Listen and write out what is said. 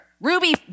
Ruby